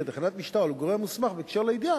לתחנת משטרה או לגורם המוסמך בהקשר לידיעה,